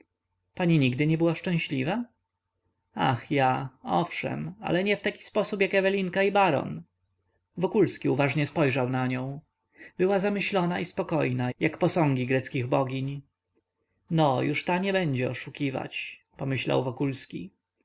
pani nigdy nie była szczęśliwa ach ja owszem ale nie w ten sposób jak ewelinka i baron wokulski uważnie spojrzał na nią była zamyślona i spokojna jak posągi greckich bogiń no już ta nie będzie oszukiwać pomyślał wokulski